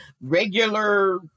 regular